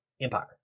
empire